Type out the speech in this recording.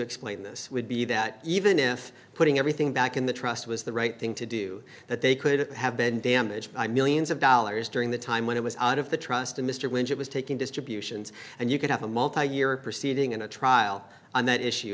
explain this would be that even if putting everything back in the trust was the right thing to do that they could have been damaged by millions of dollars during the time when it was out of the trust of mr lynch it was taking distributions and you could have a multi year proceeding in a trial on that issue